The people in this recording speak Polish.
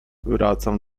wracam